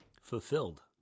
fulfilled